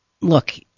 look